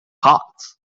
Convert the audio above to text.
cards